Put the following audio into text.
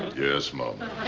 yes, mama.